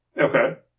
Okay